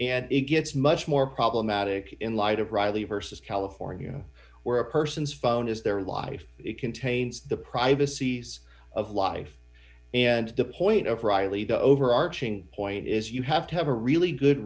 and it gets much more problematic in light of reilly versus california where a person's phone is their life it contains the privacies of life and the point of riley the overarching point is you have to have a really good